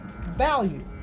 value